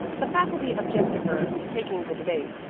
the faculty object to her taking the debate.